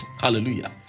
Hallelujah